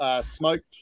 smoked